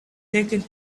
taken